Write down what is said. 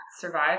survive